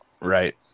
Right